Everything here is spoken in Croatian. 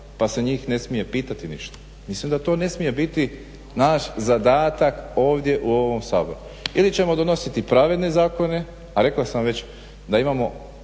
pa se njih ne smije pitati ništa. Mislim da to ne smije biti naš zadatak ovdje u ovom Saboru. Ili ćemo donositi pravedne zakone a rekao sam već da imamo